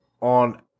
on